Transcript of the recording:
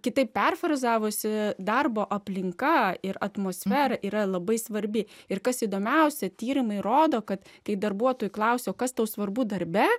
kitaip perfrazavusi darbo aplinka ir atmosfera yra labai svarbi ir kas įdomiausia tyrimai rodo kad kai darbuotojų klausia o kas tau svarbu darbe